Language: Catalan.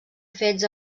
fets